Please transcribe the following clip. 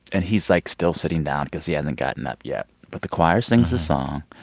and he's, like, still sitting down because he hasn't gotten up yet. but the choir sings the song.